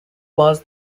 was